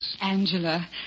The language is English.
Angela